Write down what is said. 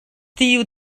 tiu